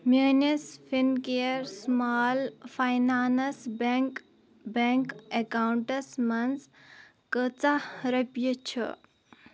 میٲنِس Fincare small finance bank bank accounts منٛز کۭژاہ رۄپیہِ چھِ